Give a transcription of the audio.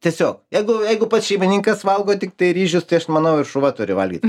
tiesiog jeigu jeigu pats šeimininkas valgo tiktai ryžius tai aš manau ir šuva turi valgyt